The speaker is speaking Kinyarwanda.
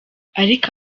ariko